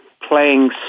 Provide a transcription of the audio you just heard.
playing